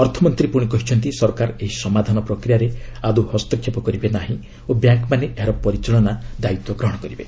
ଅର୍ଥମନ୍ତ୍ରୀ ପୁଣି କହିଛନ୍ତି ସରକାର ଏହି ସମାଧାନ ପ୍ରକ୍ରିୟାରେ ଆଦୌ ହସ୍ତକ୍ଷେପ କରିବେ ନାହିଁ ଓ ବ୍ୟାଙ୍କ୍ମାନେ ଏହାର ପରିଚାଳନା ଦାୟିତ୍ୱ ନେବେ